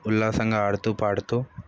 ఉల్లాసంగా ఆడుతూ పాడుతూ